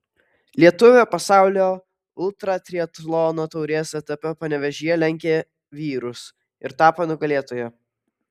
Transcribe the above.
lietuvė pasaulio ultratriatlono taurės etape panevėžyje lenkė vyrus ir tapo nugalėtoja